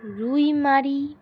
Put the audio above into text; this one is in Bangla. রুইমারি